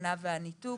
הסכנה והניתוק.